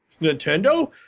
Nintendo